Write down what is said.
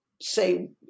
say